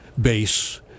base